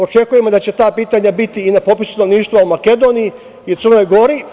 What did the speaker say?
Očekujemo da će ta pitanja biti i na popisu stanovništva u Makedoniji i u Crnoj Gori.